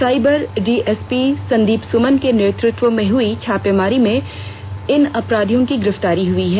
cyber DSP Sandeep Suman के नेतृत्व में हई छापेमारी में इन अपराधियों की गिरफ्तारी हुई है